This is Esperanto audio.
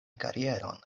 karieron